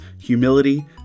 humility